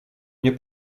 nie